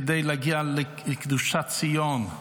כדי להגיע לקדושת ציון,